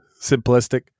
simplistic